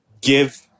give